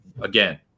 again